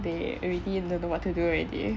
they already don't know what to do already